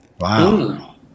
Wow